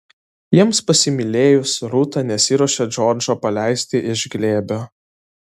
jiems pasimylėjus rūta nesiruošė džordžo paleisti iš glėbio